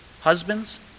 Husbands